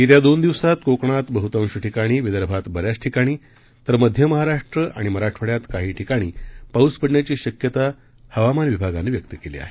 येत्या दोन दिवसात कोकणात बह्तांश ठिकाणी विदर्भात बऱ्याच ठिकाणी तर मध्य महाराष्ट्र आणि मराठवाड्यात काही ठिकाणी पाऊस पडण्याची शक्यता हवामान विभागानं व्यक्त केली आहे